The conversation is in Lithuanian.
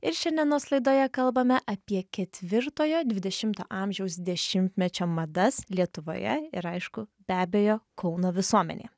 ir šiandienos laidoje kalbame apie ketvirtojo dvidešimto amžiaus dešimtmečio madas lietuvoje ir aišku be abejo kauno visuomenėje